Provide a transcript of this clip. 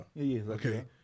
okay